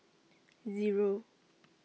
Zero